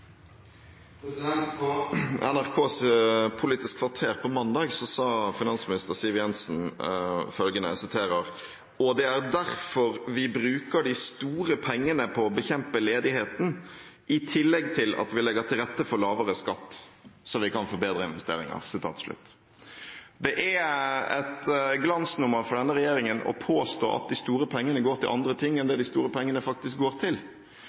NRKs Politisk kvarter på mandag sa finansminister Siv Jensen: «Det er derfor vi bruker de store pengene på å bekjempe ledigheten i tillegg til at vi legger til rette for lavere skatt, så vi kan få bedre investeringer.» Det er et glansnummer fra denne regjeringen å påstå at de store pengene går til andre ting enn det de store pengene faktisk går til.